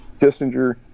Kissinger